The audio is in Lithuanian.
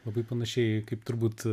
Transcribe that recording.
labai panašiai kaip turbūt